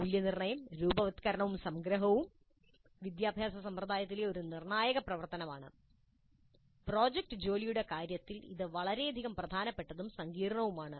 മൂല്യനിർണ്ണയം രൂപവത്കരണവും സംഗ്രഹവും വിദ്യാഭ്യാസ സമ്പ്രദായത്തിലെ ഒരു നിർണായക പ്രവർത്തനമാണ് പ്രോജക്റ്റ് ജോലിയുടെ കാര്യത്തിൽ ഇത് വളരെ പ്രധാനപ്പെട്ടതും സങ്കീർണ്ണവുമാണ്